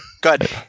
Good